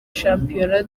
shampiyona